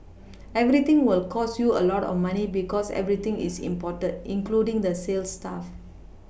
everything will cost you a lot of money because everything is imported including the sales staff